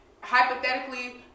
hypothetically